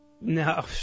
No